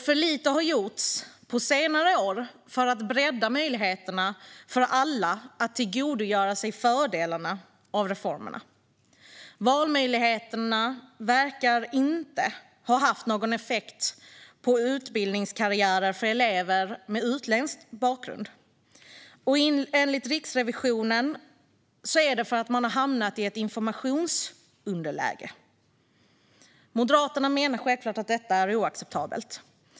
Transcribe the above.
För lite har gjorts på senare år för att bredda möjligheterna för alla att tillgodogöra sig fördelarna med reformerna. Valmöjligheterna verkar inte ha haft någon effekt på utbildningskarriärer för elever med utländsk bakgrund. Enligt Riksrevisionen beror det på att de har hamnat i ett informationsunderläge. Moderaterna menar självklart att detta är oacceptabelt.